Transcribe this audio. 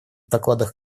докладах